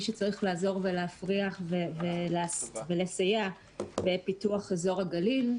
שצריך לעזור ולהפריח ולסייע בפיתוח אזור הגליל.